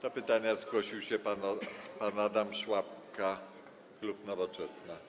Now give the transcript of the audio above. Do pytania zgłosił się pan poseł Adam Szłapka, klub Nowoczesna.